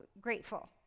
grateful